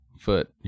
foot